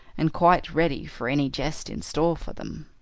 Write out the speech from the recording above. and quite ready for any jest in store for them.